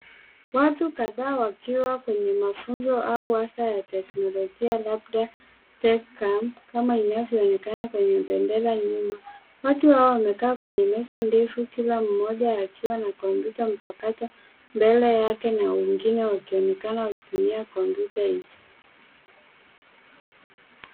Watu kadhaa wakiwa kwenye mafunzo au hata kiteknolojia labda Tech Camp inavyoonekana kwenye bendera nyuma. Watu hao wamekaa kwenye meza defu kila mmoja akiwa na kompyuta mpakato mbele yake na wengine wakionekana wakionekana wakitumia kompyuta hizo.